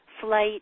flight